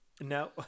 no